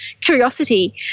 curiosity